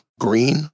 green